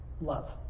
love